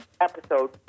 episode